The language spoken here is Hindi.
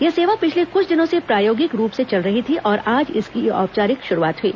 यह सेवा पिछले कुछ दिनों से प्रायोगिक रूप से चल रही थी और आज इसकी औपचारिक शुरूआत हुई